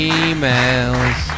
emails